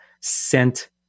sent